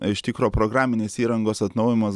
iš tikro programinės įrangos atnaujimas